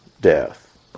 death